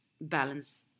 balance